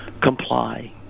comply